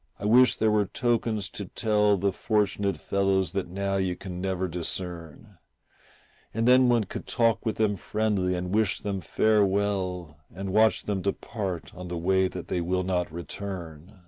i wish there were tokens to tell the fortunate fellows that now you can never discern and then one could talk with them friendly and wish them farewell and watch them depart on the way that they will not return.